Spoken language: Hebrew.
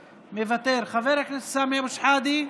מוותר, חבר הכנסת סמי אבו שחאדה,